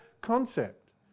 concept